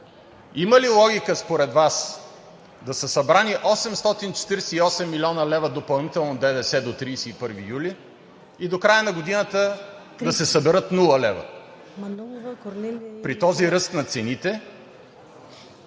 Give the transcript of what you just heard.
Има ли логика според Вас да са събрани 848 млн. лв. допълнително ДДС до 31 юли и до края на годината да се съберат нула лева? При този ръст на цените